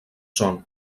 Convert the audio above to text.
són